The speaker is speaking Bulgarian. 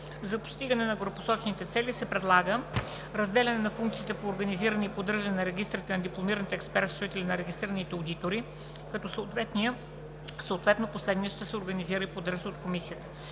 За постигане на горепосочените цели се предлага: - разделяне на функциите по организиране и поддържане на регистрите на дипломираните експерт-счетоводители и на регистрираните одитори, като съответно последният ще се организира и поддържа от Комисията;